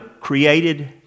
created